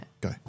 go